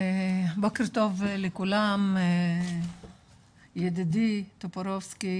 בוקר טוב לכולם, ידידי ח"כ טופורובסקי,